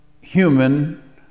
human